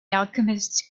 alchemist